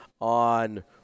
on